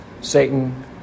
Satan